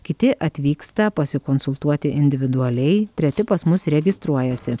kiti atvyksta pasikonsultuoti individualiai treti pas mus registruojasi